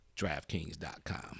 DraftKings.com